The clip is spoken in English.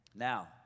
Now